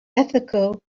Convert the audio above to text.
ethical